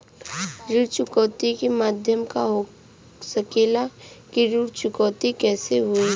ऋण चुकौती के माध्यम का हो सकेला कि ऋण चुकौती कईसे होई?